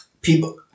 people